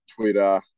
Twitter